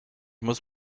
muss